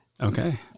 Okay